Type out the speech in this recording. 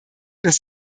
dass